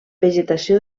vegetació